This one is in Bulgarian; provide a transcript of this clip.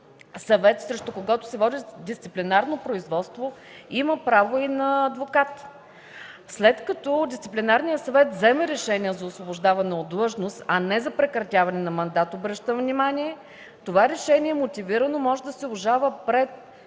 съвет, срещу когото се води дисциплинарно производство, има право и на адвокат. След като Дисциплинарният съвет вземе решение за освобождаване от длъжност, а не за прекратяване на мандата – обръщам внимание, това решение може мотивирано да се обжалва пред